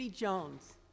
Jones